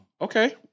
Okay